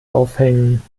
aufhängen